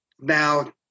Now